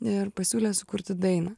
ir pasiūlė sukurti dainą